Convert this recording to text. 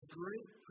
great